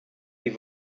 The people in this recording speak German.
die